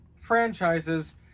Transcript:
franchises